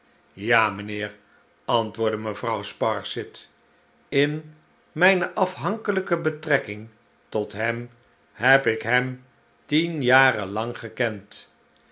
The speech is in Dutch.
ja mijnheer antwoordde mevrouw sparsit in mijne afhankelijke betrekking tot hem heb ik hem tien jaren lang gekend